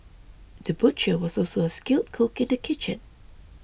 the butcher was also a skilled cook in the kitchen